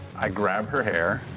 i grab her hair,